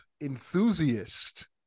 enthusiast